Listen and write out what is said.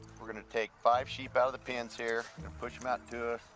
we're gonna take five sheep out of the pens here and push them out to,